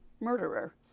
murderer